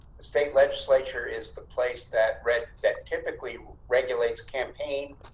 the state legislature is the place that read that typically regulates campaign.